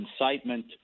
incitement